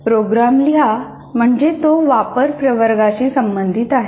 "program लिहा" म्हणजे तो वापर प्रवर्गा शी संबंधित आहे